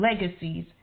legacies